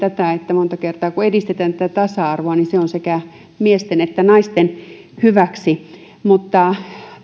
sitä että monta kertaa kun edistetään tasa arvoa se on sekä miesten että naisten hyväksi mutta